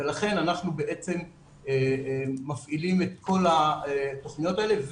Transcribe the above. ולכן אנחנו מפעילים את כל התוכניות האלה.